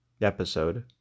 episode